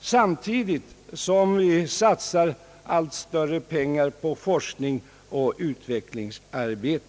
samtidigt som vi satsar allt större belopp på forskning och utvecklingsarbete?